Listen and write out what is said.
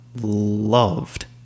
loved